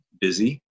busy